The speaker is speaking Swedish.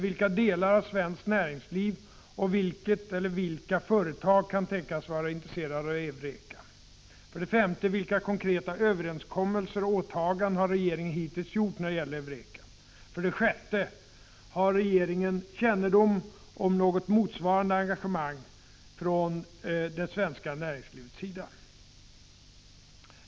Vilka delar av svenskt näringsliv och vilket åtaganden har regeringen hittills gjort när det gäller EUREKA? 6. Harregeringen kännedom om något motsvarande engagemang från det svenska näringslivets sida?